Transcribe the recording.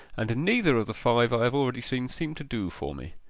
and neither of the five i have already seen seem to do for me.